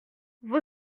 vos